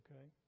Okay